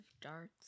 darts